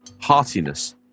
heartiness